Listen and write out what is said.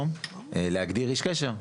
להגדיר איש קשר.